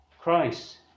christ